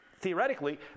theoretically